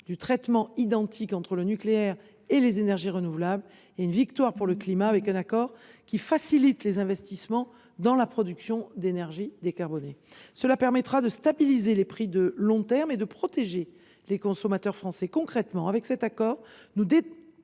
du traitement identique du nucléaire et des énergies renouvelables ; une victoire pour le climat, cet accord facilitant les investissements dans la production d’énergie décarbonée. Cet accord permettra de stabiliser les prix de long terme et de protéger les consommateurs français. Concrètement, nous déconnectons